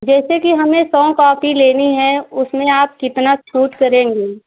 जैसे कि हमें सौ कोपी लेनी है उसमें आप कितनी छूट करेंगें